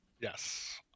Yes